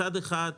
מצד אחד,